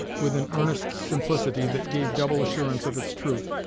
with an earnest simplicity that gave double assurance of its truth,